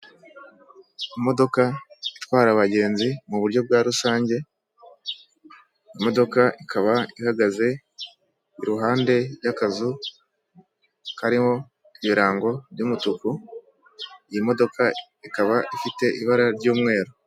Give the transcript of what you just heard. Imodoka itwara abagenzi mu buryo bwa rusange, imodoka ikaba ihagaze iruhande y'akazu kariho ibirango by'umutuku, iyi modoka ikaba ifite ibara ry'umweru.